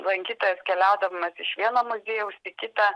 lankytojas keliaudamas iš vieno muziejaus į kitą